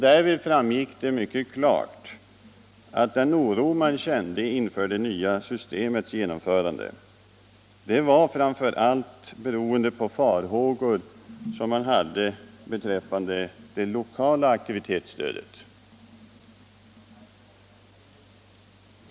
Därvid har mycket klart framgått att den oro man kände inför det nya systemets genomförande framför allt berodde på farhågor beträffande det lokala aktivitetsstödet.